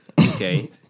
Okay